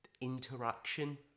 interaction